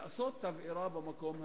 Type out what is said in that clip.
לעשות תבערה במקום הזה?